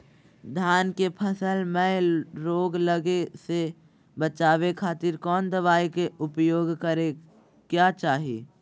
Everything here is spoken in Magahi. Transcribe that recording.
धान के फसल मैं रोग लगे से बचावे खातिर कौन दवाई के उपयोग करें क्या चाहि?